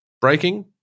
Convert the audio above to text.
breaking